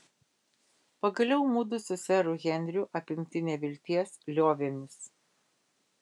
pagaliau mudu su seru henriu apimti nevilties liovėmės